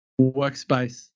workspace